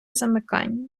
замикання